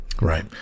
Right